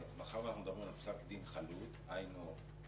מאחר שאנחנו מדברים על פסק דין חלוט, היינו הך.